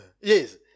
Yes